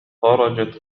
خرجت